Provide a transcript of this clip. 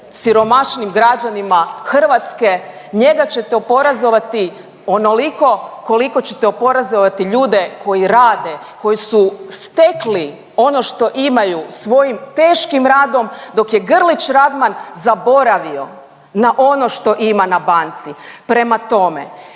siromašnim građanima Hrvatske. Njega ćete oporezovati onoliko koliko ćete oporezovati ljude koji rade, koji su stekli ono što imaju svojim teškim radom, dok je Grlić Radman zaboravio na ono što ima na banci. Prema tome